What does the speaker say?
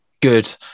Good